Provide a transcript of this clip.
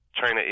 China